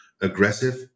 aggressive